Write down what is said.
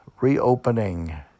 reopening